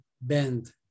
bend